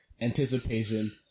Anticipation